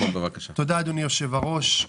אדוני היושב-ראש.